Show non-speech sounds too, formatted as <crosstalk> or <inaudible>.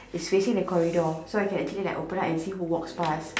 <breath> it's facing the corridor so I can actually like open up and see who walks pass